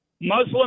Muslim